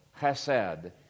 chesed